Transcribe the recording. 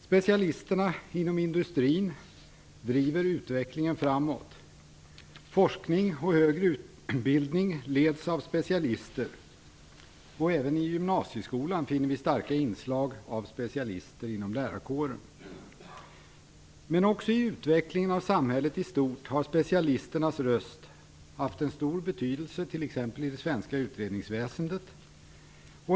Specialisterna inom industrin driver utvecklingen framåt, forskning och högre utbildning leds av specialister, och även i gymnasieskolan finner vi starka inslag av specialister inom lärarkåren. Men också i utvecklingen av samhället i stort har specialisternas röst haft en stor betydelse, t.ex. i det svenska utredningsväsendet.